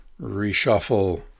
reshuffle